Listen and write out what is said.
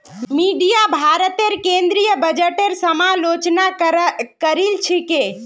media भारतेर केंद्रीय बजटेर समालोचना करील छेक